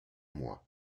mois